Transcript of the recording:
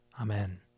Amen